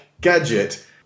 Gadget